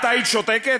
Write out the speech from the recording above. את היית שותקת?